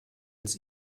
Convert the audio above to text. als